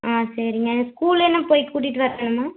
ஆ சரிங்க ஸ்கூல்லே நான் போய் கூட்டிகிட்டு வரட்டுமா